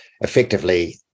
Effectively